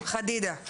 חדידה.